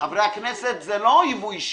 חברי הכנסת זה לא ייבוא אישי,